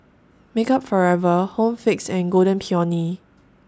Makeup Forever Home Fix and Golden Peony